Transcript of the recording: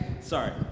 Sorry